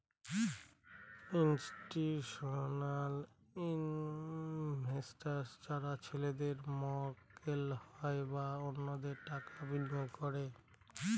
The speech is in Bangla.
ইনস্টিটিউশনাল ইনভেস্টার্স যারা ছেলেদের মক্কেল হয় বা অন্যদের টাকা বিনিয়োগ করে